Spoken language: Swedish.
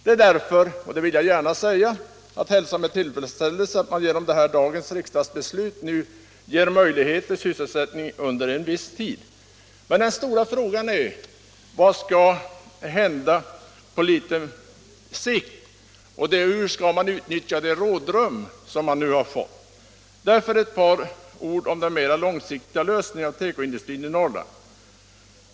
Det är således att hälsa med tillfredsställelse att man genom dagens riksdagsbeslut ger möjlighet till sysselsättning under en viss tid. Men den stora frågan är vad som skall hända på litet längre sikt och hur man skall utnyttja det rådrum som man nu har fått. Därför vill jag säga några ord om de mera långsiktiga lösningarna av tekoindustrins problem i Norrland.